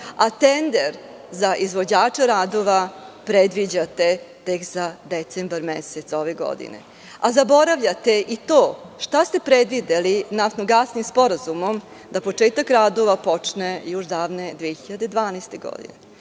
a tender za izvođača radova predviđate tek za decembar mesec ove godine. Zaboravljate, i to šta ste predvideli naftno-gasni sporazumom, da je početak radova trebao da počne još davne 2012. godine.